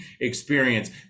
experience